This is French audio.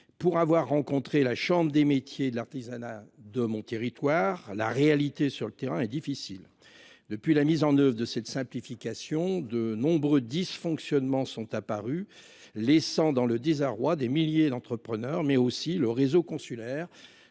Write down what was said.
pour avoir rencontré la chambre des métiers de l'artisanat de mon territoire, la réalité sur le terrain est difficile depuis la mise en oeuvre de cette simplification de nombreux dysfonctionnements sont apparus les dans le désarroi des milliers d'entrepreneurs, mais aussi le réseau consulaire.